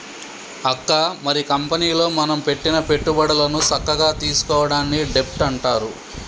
అక్క మరి కంపెనీలో మనం పెట్టిన పెట్టుబడులను సక్కగా తీసుకోవడాన్ని డెబ్ట్ అంటారు